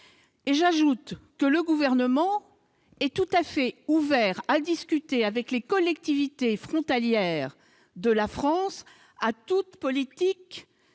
J'ajoute que le Gouvernement est tout à fait prêt à discuter avec les collectivités frontalières de toute politique